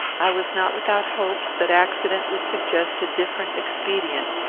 i was not without hopes that accident would suggest a different expedient,